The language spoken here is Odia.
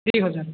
ଦୁଇହଜାର